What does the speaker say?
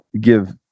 give